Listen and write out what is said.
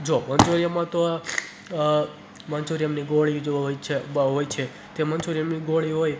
જો મંચૂરિયનમાં તો મંચૂરિયનની ગોળી જોઈએ હોય છે તે મંચૂરિયનની ગોળી હોય